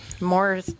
more